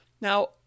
Now